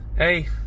Hey